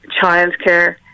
childcare